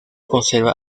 conserva